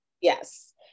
Yes